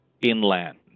inland